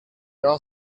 are